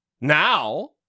Now